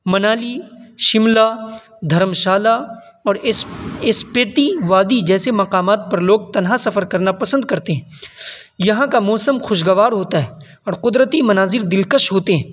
Manali Shimla Dharamshala اور اس اسپیتی وادی جیسے مقامات پر لوگ تنہا سفر کرنا پسند کرتے ہیں یہاں کا موسم خوشگوار ہوتا ہے اور قدرتی مناظر دلکش ہوتے ہیں